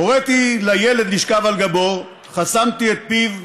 הוריתי לילד לשכב על גבו, חסמתי את פיו,